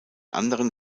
anderen